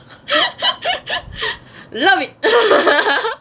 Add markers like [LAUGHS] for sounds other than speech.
[LAUGHS] love it [LAUGHS]